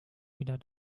wieder